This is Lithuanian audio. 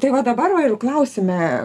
tai va dabar va jau klausime